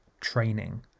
training